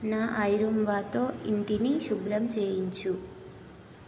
నా ఐరూంబాతో ఇంటిని శుభ్రం చేయించు